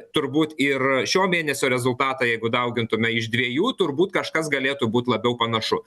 turbūt ir šio mėnesio rezultatą jeigu daugintume iš dviejų turbūt kažkas galėtų būt labiau panašu